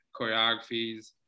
choreographies